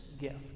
gift